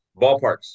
Ballparks